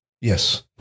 Yes